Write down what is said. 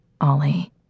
Ollie